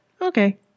okay